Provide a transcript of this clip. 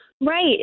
Right